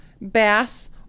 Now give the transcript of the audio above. bass